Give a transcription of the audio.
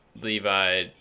Levi